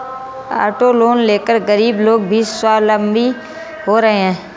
auto loan लेकर गरीब लोग भी स्वावलम्बी हो रहे हैं